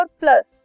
plus